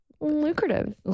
lucrative